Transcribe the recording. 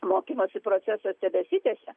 mokymosi procesas tebesitęsia